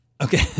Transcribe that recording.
Okay